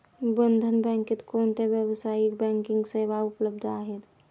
बंधन बँकेत कोणत्या व्यावसायिक बँकिंग सेवा उपलब्ध आहेत?